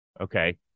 Okay